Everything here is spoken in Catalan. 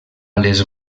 les